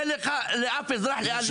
אין לך, לאף אזרח, אין לאן לפנות.